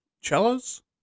cellos